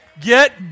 Get